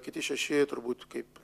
kiti šeši turbūt kaip